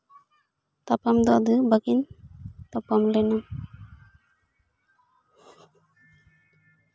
ᱛᱟᱯᱟᱢ ᱫᱚ ᱟᱫᱚ ᱵᱟᱹᱠᱤᱱ ᱛᱟᱯᱟᱢ ᱞᱮᱱᱟ